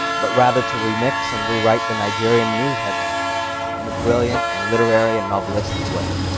but rather to remix and rewrite the nigerian news headlines in a brilliant and literary and novelistic way,